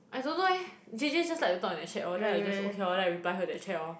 I don't know eh Jay Jay just like to talk in that chat then I just okay lorh then I'd like reply her that chat lor